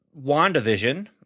WandaVision